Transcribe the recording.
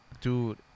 Dude